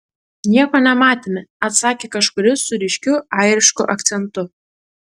nieko nematėme atsakė kažkuris su ryškiu airišku akcentu